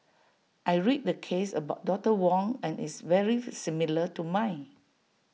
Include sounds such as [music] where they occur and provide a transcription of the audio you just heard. I read the case about doctor Wong and it's very [noise] similar to mine